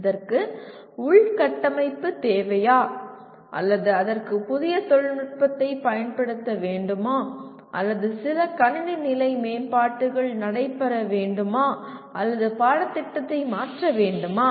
இதற்கு உள்கட்டமைப்பு தேவையா அல்லது அதற்கு புதிய தொழில்நுட்பத்தைப் பயன்படுத்த வேண்டுமா அல்லது சில கணினி நிலை மேம்பாடுகள் நடைபெற வேண்டுமா அல்லது பாடத்திட்டத்தை மாற்ற வேண்டுமா